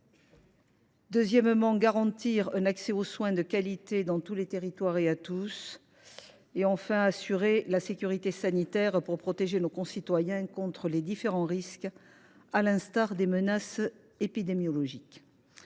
les Français ; garantir un accès aux soins de qualité dans tous les territoires et à tous nos concitoyens ; assurer la sécurité sanitaire pour protéger nos concitoyens contre les différents risques, à l’instar des menaces épidémiologiques.